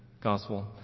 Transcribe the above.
Gospel